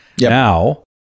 Now